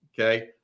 Okay